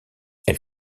elle